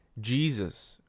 Jesus